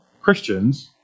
Christians